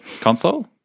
console